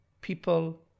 people